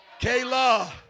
Kayla